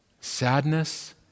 sadness